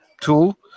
tool